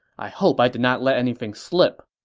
i hope i did not let anything slip.